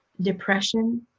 depression